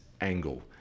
angle